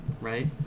right